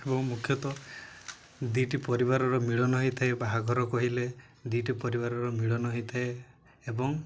ଏବଂ ମୁଖ୍ୟତଃ ଦୁଇଟି ପରିବାରର ମିଳନ ହେଇଥାଏ ବାହାଘର କହିଲେ ଦୁଇଟି ପରିବାରର ମିଳନ ହେଇଥାଏ ଏବଂ